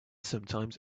sometimes